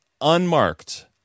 unmarked